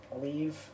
leave